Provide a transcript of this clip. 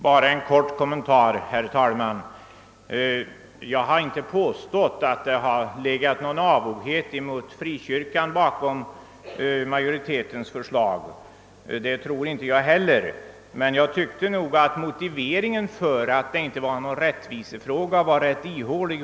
Bara en kort kommentar, herr talman. Jag har inte påstått att det legat någon avoghet mot frikyrkorna bakom utskottsmajoritetens förslag, och jag tror inte heller att så är fallet. Jag tycker emellertid att herr Fagerlunds motivering för att detta inte skulle vara någon rättvisefråga var rätt ihålig.